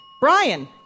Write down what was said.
Brian